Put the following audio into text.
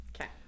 Okay